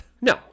No